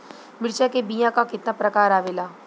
मिर्चा के बीया क कितना प्रकार आवेला?